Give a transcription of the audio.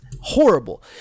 horrible